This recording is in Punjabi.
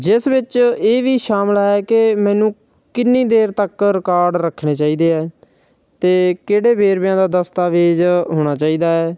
ਜਿਸ ਵਿੱਚ ਇਹ ਵੀ ਸ਼ਾਮਲ ਹੈ ਕਿ ਮੈਨੂੰ ਕਿੰਨੀ ਦੇਰ ਤੱਕ ਰਿਕਾਡ ਰੱਖਣੇ ਚਾਹੀਦੇ ਹੈ ਅਤੇ ਕਿਹੜੇ ਵੇਰਵਿਆਂ ਦਾ ਦਸਤਾਵੇਜ਼ ਹੋਣਾ ਚਾਹੀਦਾ ਹੈ